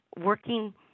working